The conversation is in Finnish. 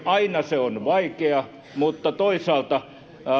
aina se on vaikea mutta toisaalta